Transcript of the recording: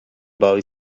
boy